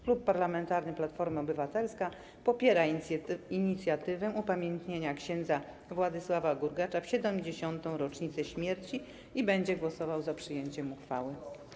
Klub Parlamentarny Platforma Obywatelska - Koalicja Obywatelska popiera inicjatywę upamiętnienia ks. Władysława Gurgacza w 70. rocznicę śmierci i będzie głosował za przyjęciem uchwały.